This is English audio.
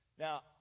Now